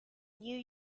new